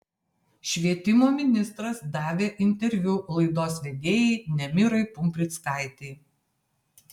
švietimo ministras davė interviu laidos vedėjai nemirai pumprickaitei